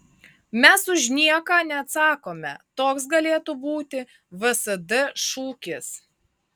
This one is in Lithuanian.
mes už nieką neatsakome toks galėtų būti vsd šūkis